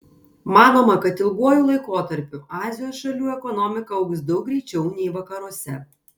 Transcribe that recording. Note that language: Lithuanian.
manoma kad ilguoju laikotarpiu azijos šalių ekonomika augs daug greičiau nei vakaruose